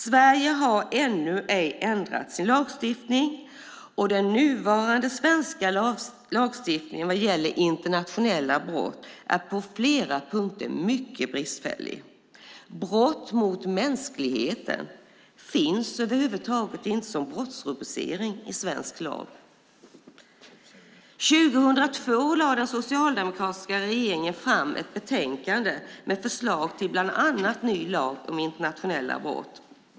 Sverige har ännu ej ändrat sin lagstiftning, och den nuvarande svenska lagstiftningen vad gäller internationella brott är på flera punkter mycket bristfällig. Brott mot mänskligheten finns över huvud taget inte som brottsrubricering i svensk lag. År 2002 lade den socialdemokratiska regeringen fram ett betänkande med förslag till bland annat ny lag om internationella brott.